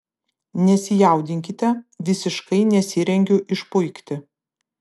nesijaudinkite visiškai nesirengiu išpuikti